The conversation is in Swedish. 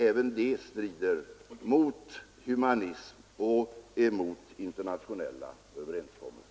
Även det strider mot humanism och internationella överenskommelser.